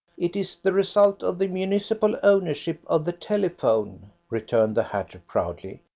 it is the result of the municipal ownership of the telephone, returned the hatter proudly.